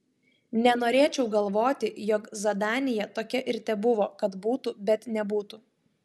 nenorėčiau galvoti jog zadanija tokia ir tebuvo kad būtų bet nebūtų